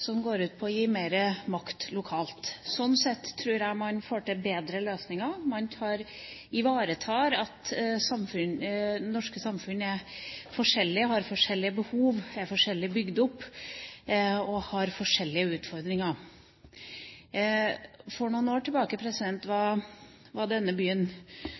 som går ut på å gi mer makt lokalt. Sånn sett tror jeg man får til bedre løsninger, man ivaretar at man i det norske samfunnet har forskjellige behov, at samfunnet er forskjellig bygd opp og har forskjellige utfordringer. For noen år siden var denne byen